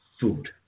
food